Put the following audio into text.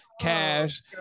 cash